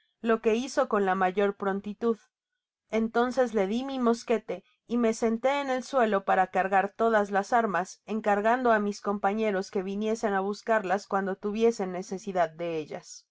lo que hizo con la mayor prontitud entonces le di mi mosquete y me senté en el suelo para cargar todas las armas encargando á mis compañeros que viniesen á buscarlas cuando tuviesen necesidad de ellas